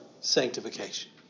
sanctification